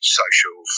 social